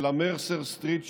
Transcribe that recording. של המרסר סטריט,